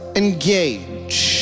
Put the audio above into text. engage